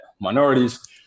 minorities